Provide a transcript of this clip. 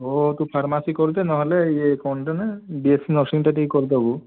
ହଉ ହଉ ତୁ ଫାର୍ମାସୀ କରିଦେ ନହେଲେ ଇଏ କଣଟା ନା ବିଏସ୍ସି ନର୍ସିଂଟା ଟିକେ କରିଦବୁ